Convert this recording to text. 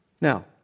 Now